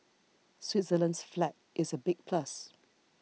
Switzerland's flag is a big plus